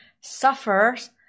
suffers